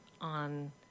on